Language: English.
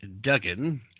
Duggan